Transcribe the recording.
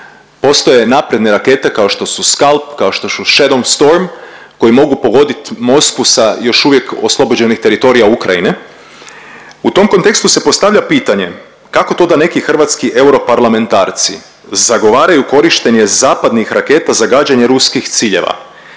Postoje napredne rakete kao što su Scalp, kao što su Shadow storm koji mogu pogoditi Moskvu sa još uvijek oslobođenih teritorija Ukrajine. U tom kontekstu se postavlja pitanje kako to da neki hrvatski europarlamentarci zagovaraju korištenje zapadnih raketa za gađanje ruskih ciljeva